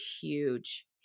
huge